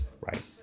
right